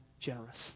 generous